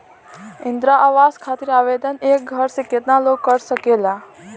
इंद्रा आवास खातिर आवेदन एक घर से केतना लोग कर सकेला?